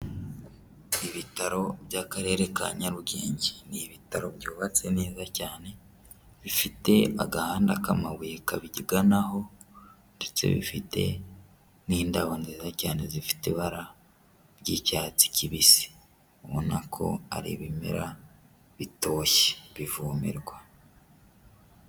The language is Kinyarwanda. Ibitaro by'akarere ka Nyarugenge ni ibitaro byubatse neza cyane bifite agahanda k'amabuye kabiganaho ndetse bifite n'indabo nziza cyane zifite ibara ry'icyatsi kibisi, ubona ko ari ibimera bitoshye bivomerwa.